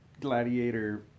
gladiator